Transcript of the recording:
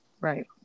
right